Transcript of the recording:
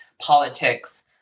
politics